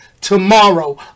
tomorrow